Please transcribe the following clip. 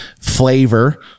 flavor